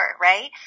right